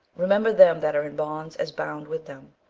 remember them that are in bonds as bound with them.